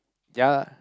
ya lah